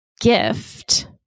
gift